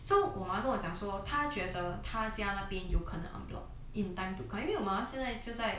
so 我妈跟我讲说他觉得他家那边有可能 en bloc in time to come 因为我妈妈现在就在